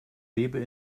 lebe